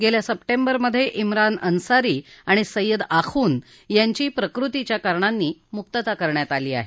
गेल्या सप्टेंबरमधे इमरान अन्सारी आणि सय्यद आखून यांची प्रकृतीच्या कारणांनी मुक्तता करण्यात आली आहे